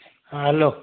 हा हैलो